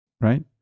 right